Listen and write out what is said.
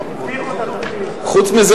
חוץ מזה,